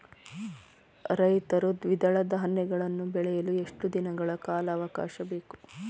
ರೈತರು ದ್ವಿದಳ ಧಾನ್ಯಗಳನ್ನು ಬೆಳೆಯಲು ಎಷ್ಟು ದಿನಗಳ ಕಾಲಾವಾಕಾಶ ಬೇಕು?